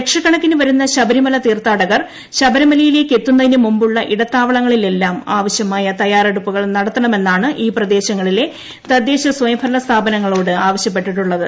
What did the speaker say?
ലക്ഷക്കണക്കിന് വരുന്ന ശബരിമല തീർത്ഥാടകർ ശബരിമലയിലേക്കെത്തുന്നതിനു മുമ്പുള്ള ഇടത്താവളങ്ങളിലെല്ലാം ആവശ്യമായ തയ്യാറെടുപ്പുകൾ നടത്തണമെന്നാണ് ഈ പ്രദേശങ്ങളിലെ തദ്ദേശ സ്വയംഭരണ സ്ഥാപനങ്ങളോട് ആവശ്യപ്പെട്ടിട്ടുള്ളത്